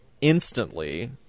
instantly